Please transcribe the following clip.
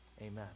amen